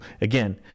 again